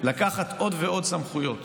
לקחת עוד ועוד סמכויות